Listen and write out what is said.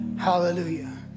Hallelujah